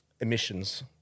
emissions